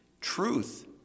truth